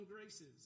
graces